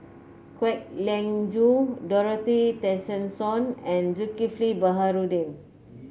Kwek Leng Joo Dorothy Tessensohn and Zulkifli Baharudin